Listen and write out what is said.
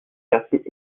quartiers